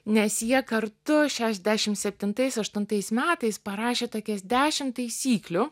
nes jie kartu šešiasdešimt septintais aštuntais metais parašė tokias dešimt taisyklių